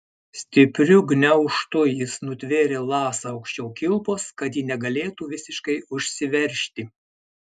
stipriu gniaužtu jis nutvėrė lasą aukščiau kilpos kad ji negalėtų visiškai užsiveržti